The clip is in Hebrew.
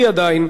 בדרך לכאן,